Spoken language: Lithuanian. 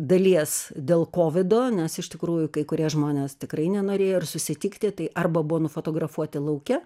dalies dėl kovido nes iš tikrųjų kai kurie žmonės tikrai nenorėjo ir susitikti tai arba buvo nufotografuoti lauke